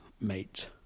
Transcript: mate